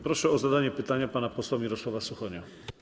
Proszę o zadanie pytania pana posła Mirosława Suchonia.